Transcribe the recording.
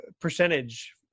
percentage